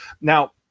Now